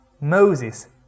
Moses